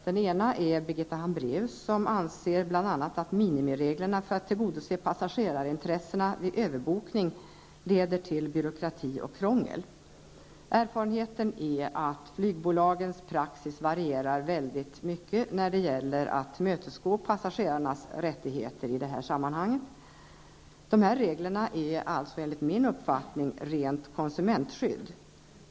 Den ena är Birgitta Hambraeus. Hon anser bl.a. att minimireglerna för att tillgodose passagerarnas intresse vid överbokning leder till byråkrati och krångel. Erfarenheten är att flygbolagens praxis varierar kraftigt när det gäller att tillmötesgå passagerarnas rättigheter i detta sammanhang. Dessa regler är enligt min uppfattning rent konsumentskydd.